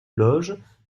loges